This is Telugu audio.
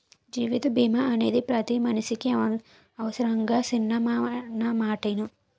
జీవిత బీమా అనేది పతి మనిసికి అవుసరంరా సిన్నా నా మాటిను